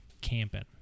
camping